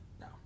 No